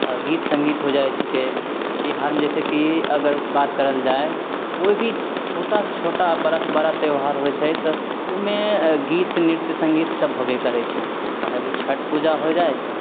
आओर गीत संगीत हो जाइ छीकै बिहारमे जैसे कि अगर बात करल जाइ कोइ भी छोटा सँ छोटा बड़ा सँ बड़ा त्योहार होइ छै तऽ उमे गीत नृत्य संगीत सब होबे करय छै चाहे उ छठ पूजा होइ जाइ